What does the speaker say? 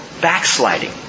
backsliding